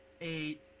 eight